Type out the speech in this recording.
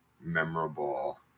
memorable